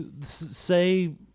say